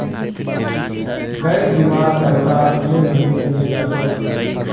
gap बीमार पैसा अगले महीने मिले जा तोक